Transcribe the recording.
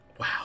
Wow